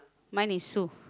mine is Sue